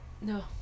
No